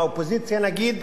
מהאופוזיציה נגיד,